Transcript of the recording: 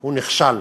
הוא נכשל.